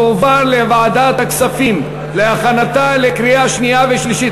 ותועבר לוועדת הכספים להכנתה לקריאה שנייה ושלישית.